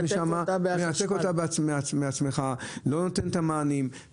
מנתק אותה, לא נותן את המענים.